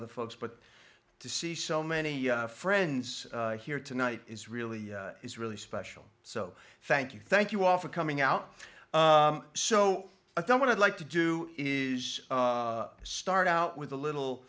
other folks but to see so many friends here tonight is really is really special so thank you thank you all for coming out so i don't want to like to do is start out with a little